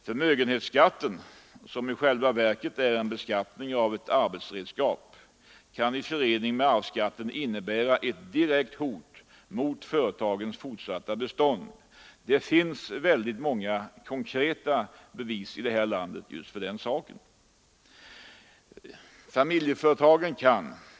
Förmögenhetsskatten, som i själva verket är en beskattning av ett arbetsredskap, kan i förening med arvsskatten innebära ett hot mot företagets fortsatta bestånd. Det finns många konkreta bevis för den saken här i landet. Familjeföretagen kan —.